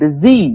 disease